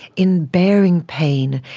in bearing pain.